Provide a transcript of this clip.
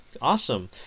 awesome